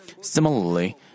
Similarly